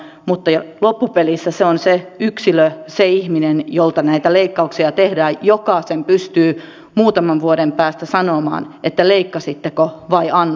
mutta loppupelissä se on se yksilö se ihminen jolta näitä leikkauksia tehdään joka sen pystyy muutaman vuoden päästä sanomaan leikkasitteko vai annoitteko